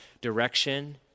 direction